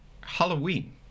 halloween